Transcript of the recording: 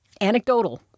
Anecdotal